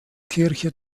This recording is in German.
kirche